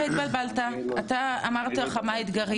שאלתי מה האתגרים.